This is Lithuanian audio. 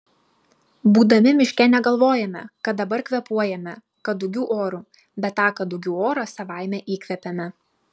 būdami miške negalvojame kad dabar kvėpuojame kadugių oru bet tą kadugių orą savaime įkvepiame